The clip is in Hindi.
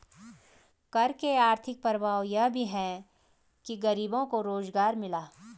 कर के आर्थिक प्रभाव यह भी है कि गरीबों को रोजगार मिला